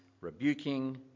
rebuking